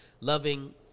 loving